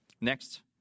next